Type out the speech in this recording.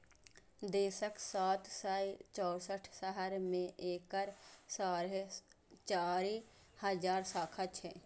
देशक सात सय चौंसठ शहर मे एकर साढ़े चारि हजार शाखा छै